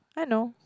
I know